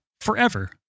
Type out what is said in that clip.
forever